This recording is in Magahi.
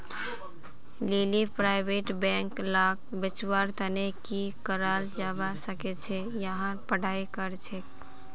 लीली प्राइवेट बैंक लाक बचव्वार तने की कराल जाबा सखछेक यहार पढ़ाई करछेक